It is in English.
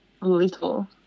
little